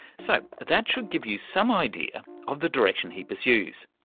so that should give you some idea of the direction he pursues.